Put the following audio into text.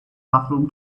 bathroom